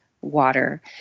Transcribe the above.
water